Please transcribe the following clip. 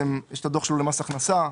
יש את הדוח למס הכנסה,